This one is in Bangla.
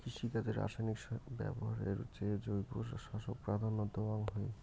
কৃষিকাজে রাসায়নিক ব্যবহারের চেয়ে জৈব চাষক প্রাধান্য দেওয়াং হই